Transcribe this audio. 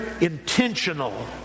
intentional